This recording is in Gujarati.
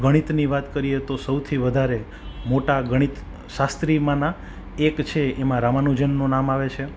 ગણિતની વાત કરીએ તો સૌથી વધારે મોટા ગણિત શાસ્ત્રીમાના એક છે એમાં રામાનુજનનું નામ આવે છે